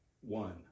one